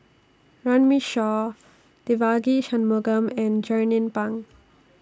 Runme Shaw Devagi Sanmugam and Jernnine Pang